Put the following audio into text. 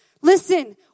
Listen